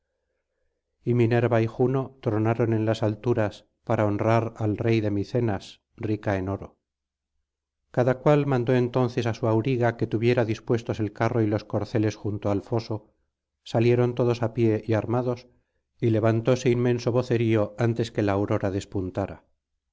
y minerva y juno tronaron en las alturas para honrar al rey de micenas rica en oro cada cual mandó entonces á su auriga que tuviera dispuestos el carro y los corceles junto al foso salieron todos á pie y armados y levantóse inmenso vocerío antes que la aurora despuntara